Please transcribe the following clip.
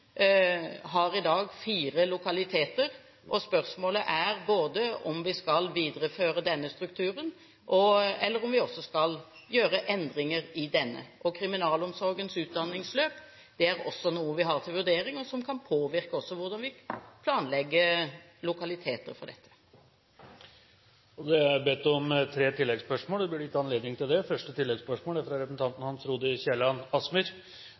har i dag fire lokaliteter, og spørsmålet er om vi skal videreføre denne strukturen, eller om vi skal gjøre endringer i denne. Kriminalomsorgens utdanningsløp er også noe vi har til vurdering, og som kan påvirke hvordan vi planlegger lokaliteter for dette. Det er bedt om og blir gitt anledning til tre oppfølgingsspørsmål – først Hans Frode Kielland Asmyhr. Utviklingen i Oslo-området går nå så fort fordi det er